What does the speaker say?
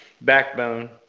backbone